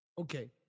Okay